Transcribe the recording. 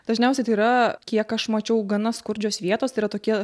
dažniausiai tai yra kiek aš mačiau gana skurdžios vietos tai yra tokie